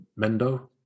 Mendo